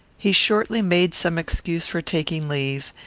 he shortly made some excuse for taking leave,